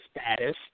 status